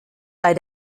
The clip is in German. bei